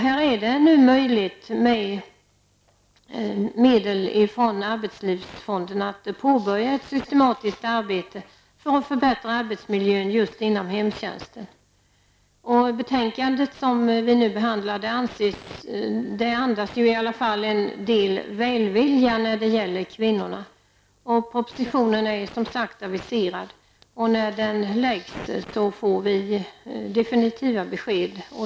Här är det nu möjligt att med medel från arbetslivsfonden påbörja ett systematiskt arbete för att förbättra arbetsmiljön just inom hemtjänsten. Det betänkade som vi nu behandlar andas i alla fall en del välvilja mot kvinnorna. Propositionen är som sagt aviserad. När den läggs får vi definitiva besked.